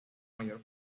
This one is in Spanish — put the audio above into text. mayor